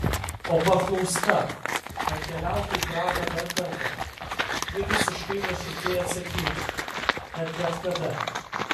o paklausta ar keliautų į prahą dar kartą ji visiškai nuoširdžiai atsakytų kad bet kada